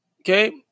okay